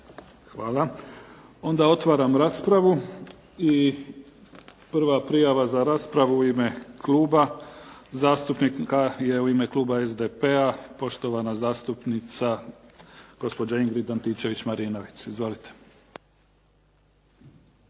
Hvala. Onda otvaram raspravu. Prva prijava za raspravu u ime kluba zastupnika je u ime kluba SDP-a, poštovana zastupnica gospođa Ingrid Antičević Marinović. Izvolite.